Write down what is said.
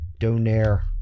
Donaire